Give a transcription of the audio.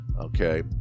okay